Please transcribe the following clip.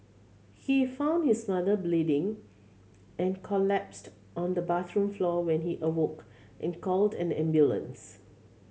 he found his mother bleeding and collapsed on the bathroom floor when he awoke and called an ambulance